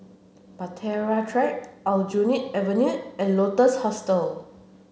Bahtera Track Aljunied Avenue and Lotus Hostel